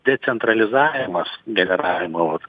decentralizavimas generavimo vat